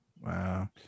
Wow